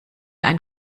ein